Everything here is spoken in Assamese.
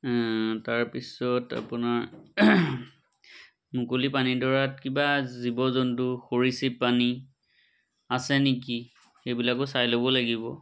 তাৰপিছত আপোনাৰ মুকলি পানীডৰাত কিবা জীৱ জন্তু সৰীসৃপ প্ৰাণী আছে নেকি সেইবিলাকো চাই ল'ব লাগিব